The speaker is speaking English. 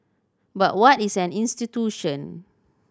but what is an institution